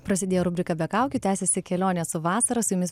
prasidėjo rubrika be kaukių tęsiasi kelionės su vasara su jumis